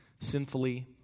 sinfully